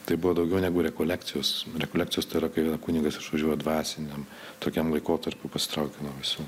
tai buvo daugiau negu rekolekcijos rekolekcijos tai yra kai kunigas išvažiuoja dvasiniam tokiam laikotarpiui pasitraukia nuo visų